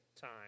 time